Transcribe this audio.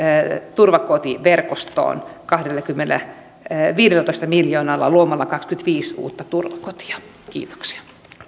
turvakotiverkostoon viidellätoista miljoonalla luomalla kaksikymmentäviisi uutta turvakotia kiitoksia